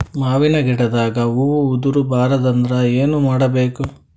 ಮಾವಿನ ಗಿಡದಾಗ ಹೂವು ಉದುರು ಬಾರದಂದ್ರ ಏನು ಮಾಡಬೇಕು?